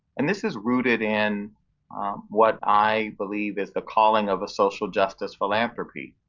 and this is rooted in what i believe is the calling of a social justice philanthropy.